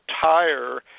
tire